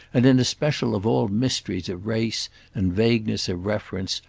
and in especial of all mysteries of race and vagueness of reference,